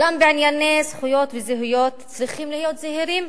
אולם בענייני זכויות וזהויות צריכים להיות זהירים.